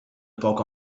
poco